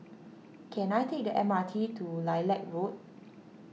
can I take the M R T to Lilac Road